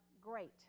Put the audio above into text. great